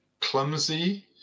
clumsy